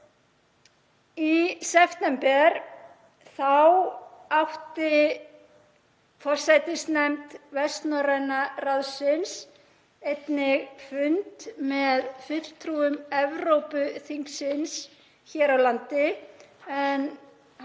Í september átti forsætisnefnd Vestnorræna ráðsins fund með fulltrúum Evrópuþingsins hér á landi þar